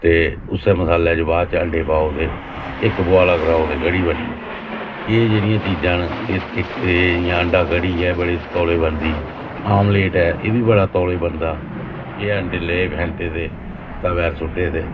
ते उस्सै मसालै च बाद च अण्डे पाओ ते इक बुआला कराओ ते कड़ी बनी गेई एह् जेह्ड़ियां चीजां न एह् इक एह् इ'यां अण्डा कड़ी ऐ बड़े तौले बनदी आमलेट ऐ एह् बी बड़े तौला बनदा केह् अण्डे ले फैंटे दे तवै'र सुट्टे ते